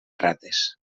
rates